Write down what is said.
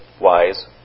wise